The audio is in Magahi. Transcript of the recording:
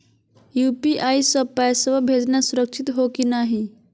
यू.पी.आई स पैसवा भेजना सुरक्षित हो की नाहीं?